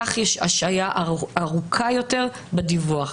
כך יש השהיה ארוכה יותר בדיווח.